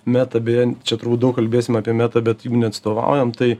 meta beje čia turbūt daug kalbėsim apie metą bet jų neatstovaujam tai